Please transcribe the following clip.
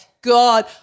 God